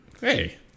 hey